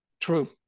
True